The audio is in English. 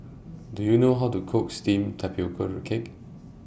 Do YOU know How to Cook Steamed Tapioca Cake